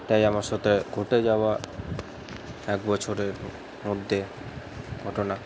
এটাই আমার সাথে ঘটে যাওয়া এক বছরের মধ্যে ঘটনা